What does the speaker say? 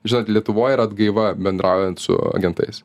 žinot lietuvoj yra atgaiva bendraujant su agentais